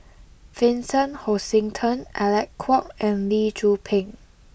Vincent Hoisington Alec Kuok and Lee Tzu Pheng